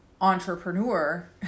entrepreneur